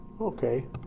Okay